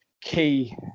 key